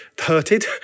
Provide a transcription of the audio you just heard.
hurted